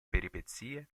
peripezie